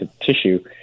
tissue